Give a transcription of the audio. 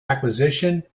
acquisition